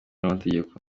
n’amategeko